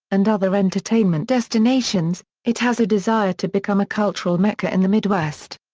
and other entertainment destinations, it has a desire to become a cultural mecca in the midwest.